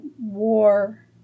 war